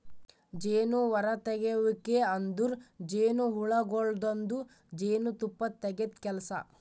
ಜೇನು ಹೊರತೆಗೆಯುವಿಕೆ ಅಂದುರ್ ಜೇನುಹುಳಗೊಳ್ದಾಂದು ಜೇನು ತುಪ್ಪ ತೆಗೆದ್ ಕೆಲಸ